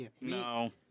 no